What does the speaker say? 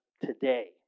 today